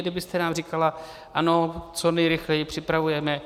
Kdybyste nám říkala ano, co nejrychleji připravujeme...